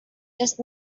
just